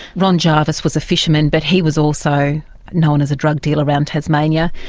ron jarvis was a fisherman but he was also known as a drug dealer around tasmania,